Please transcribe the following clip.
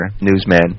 newsman